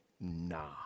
nah